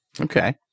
Okay